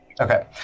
Okay